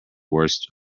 worst